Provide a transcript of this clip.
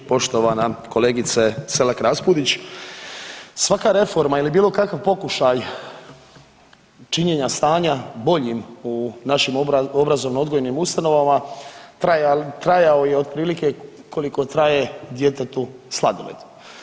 Poštovana kolegice Selak Raspudić, svaka reforma ili bilo kakav pokušaj činjenja stanja boljim u našim odgojno obrazovnim ustanovama trajao je otprilike koliko traje djetetu sladoled.